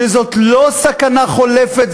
שזאת לא סכנה חולפת,